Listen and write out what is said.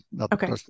Okay